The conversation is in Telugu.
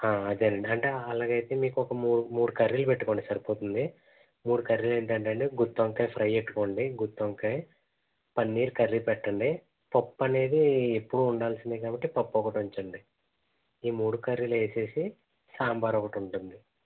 అదే నండి అంటే అలాగైతే మీకొక ము మూడు కర్రీలు పెట్టుకోండి సరిపోతుంది మూడు కర్రీలు ఏంటంటే అండి గుత్తొంకాయ ఫ్రై పెట్టుకోండి గుత్తొంకాయ పన్నీర్ కర్రీ పెట్టండి పప్పు అనేది ఎప్పుడూ ఉండాల్సిందే కాబట్టి పప్పు ఒకటి ఉంచండి ఈ మూడు కర్రీలు వేసేసి సాంబార్ ఒకటి ఉంటుంది